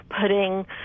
putting